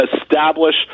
establish